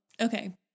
Okay